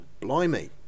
blimey